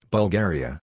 Bulgaria